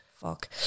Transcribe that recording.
Fuck